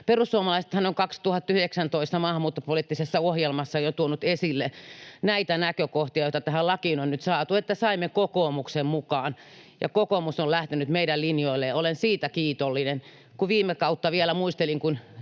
perussuomalaisethan ovat 2019 maahanmuuttopoliittisessa ohjelmassaan jo tuoneet esille näitä näkökohtia, joita tähän lakiin on nyt saatu — että saimme kokoomuksen mukaan. Kokoomus on lähtenyt meidän linjoille, ja olen siitä kiitollinen. Kun viime kautta vielä muistelin, nyt